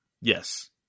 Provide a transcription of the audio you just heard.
Yes